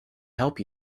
help